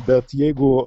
bet jeigu